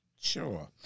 Sure